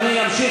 אדוני ימשיך,